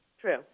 True